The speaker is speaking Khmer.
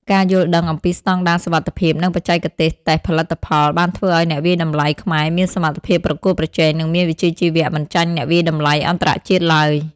ការយល់ដឹងអំពីស្តង់ដារសុវត្ថិភាព និងបច្ចេកទេសតេស្តផលិតផល បានធ្វើឱ្យអ្នកវាយតម្លៃខ្មែរមានសមត្ថភាពប្រកួតប្រជែង និងមានវិជ្ជាជីវៈមិនចាញ់អ្នកវាយតម្លៃអន្តរជាតិឡើយ។